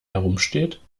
herumsteht